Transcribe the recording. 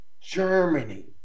Germany